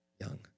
young